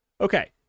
Okay